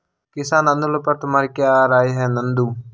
किसान आंदोलन पर तुम्हारी क्या राय है नंदू?